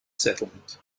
settlement